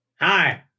Hi